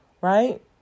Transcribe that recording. right